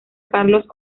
carlos